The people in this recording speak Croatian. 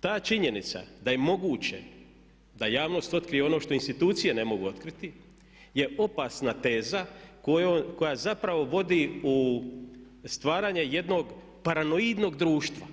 Ta činjenica da je moguće da javnost otkrije ono što institucije ne mogu otkriti je opasna teza koja zapravo vodi u stvaranje jednog paranoidnog društva